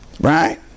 Right